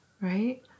Right